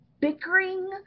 bickering